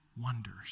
wonders